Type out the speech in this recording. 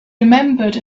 remembered